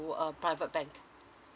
to a private bank